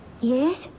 Yes